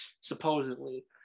supposedly